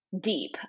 deep